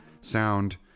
sound